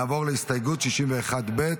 נעבור להסתייגות 61 ב'.